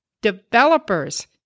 Developers